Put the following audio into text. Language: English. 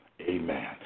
Amen